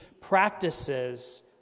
practices